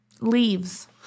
Leaves